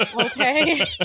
Okay